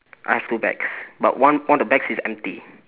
I have two bags but one one of the bags is empty